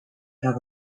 have